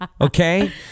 Okay